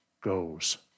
goes